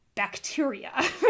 Bacteria